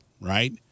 right